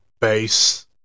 base